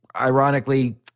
ironically